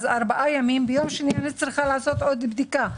ארבעה ימים ביום שני אני צריכה לעשות עוד בדיקה.